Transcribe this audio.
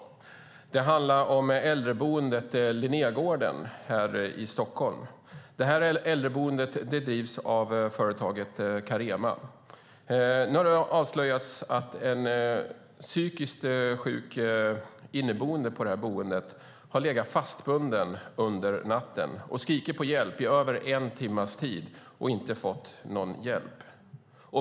Den handlar om äldreboendet Linnégården i Stockholm som drivs av företaget Carema. Det har avslöjats att en psykiskt sjuk boende på äldreboendet har legat fastbunden under natten och skrikit på hjälp i över en timme utan att få hjälp.